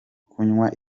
kunywa